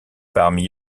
parmi